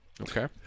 Okay